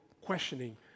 questioning